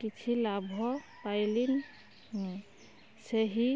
କିଛି ଲାଭ ପାଇଲିନି ମୁଁ ସେହି